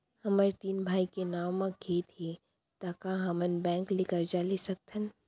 हमर तीन भाई के नाव म खेत हे त का हमन बैंक ले करजा ले सकथन?